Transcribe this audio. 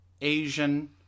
Asian